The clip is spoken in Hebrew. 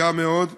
ותיקה מאוד,